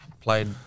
played